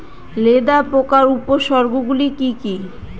লেদা পোকার উপসর্গগুলি কি কি?